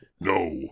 No